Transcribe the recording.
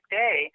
day